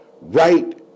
right